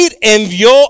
envió